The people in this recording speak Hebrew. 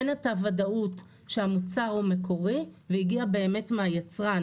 אין את הוודאות שהמוצר הוא מקורי והגיע באמת מהיצרן